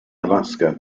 alaska